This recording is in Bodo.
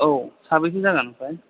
औ साबेसे जागोन आमफ्राय